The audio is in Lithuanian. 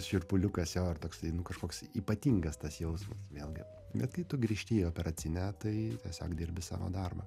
šiurpuliukas jo ir toks kažkoks ypatingas tas jaus vėlgi bet kai tu grįžti į operacinę tai tiesiog dirbi savo darbą